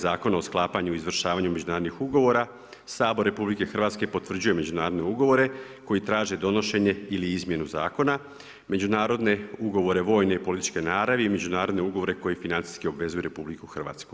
Zakona o sklapanju i izvršavanju međunarodnih ugovora Sabor RH potvrđuje međunarodne ugovore koji traže donošenje ili izmjenu zakona, međunarodne ugovore vojne i političke naravi i međunarodne ugovore koji financijski obvezuju RH.